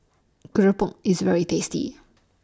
Keropok IS very tasty